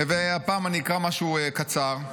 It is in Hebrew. והפעם אני אקרא משהו קצר.